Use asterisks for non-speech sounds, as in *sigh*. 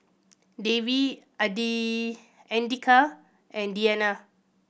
Dewi *unintelligible* Andika and Diyana